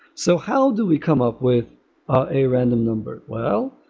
so how do we come up with a random number? well,